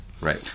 right